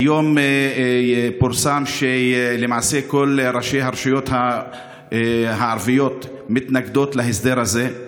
היום פורסם שלמעשה כל ראשי הרשויות הערביות מתנגדות להסדר הזה,